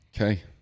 okay